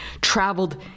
traveled